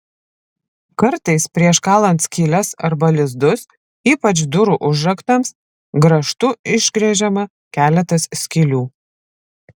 kartais prieš kalant skyles arba lizdus ypač durų užraktams grąžtu išgręžiama keletas skylių